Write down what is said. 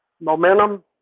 momentum